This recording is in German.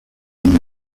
wenn